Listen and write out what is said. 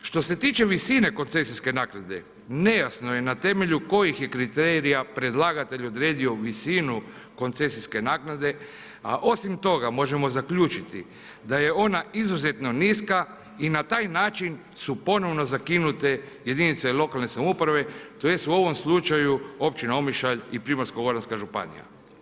Što se tiče visine koncesijske naknade, nejasno je na temelju kojih je kriterija predlagatelj odredio visinu koncesijske naknade, a osim toga možemo zaključiti da je ona izuzetno niska i na taj način su ponovno zakinute jedinice lokalne samouprave, tj. u ovom slučaju općina Omišalj i Primorsko-goranska županija.